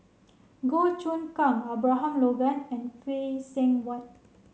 Goh Choon Kang Abraham Logan and Phay Seng Whatt